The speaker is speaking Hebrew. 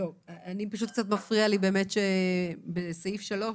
מפריע לי שבסעיף (3)